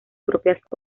propias